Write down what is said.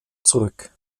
zurück